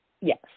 Yes